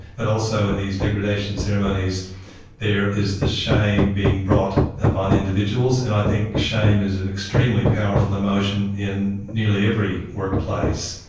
but also in these degradation ceremonies there is the shame being brought upon individuals and i think shame is an extremely powerful emotion in nearly every workplace.